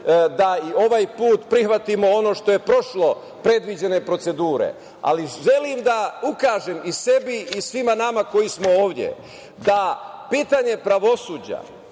da i ovaj put prihvatimo ono što je prošlo predviđene procedure, ali želim da ukažem i sebi i svima nama koji smo ovde da pitanje pravosuđa,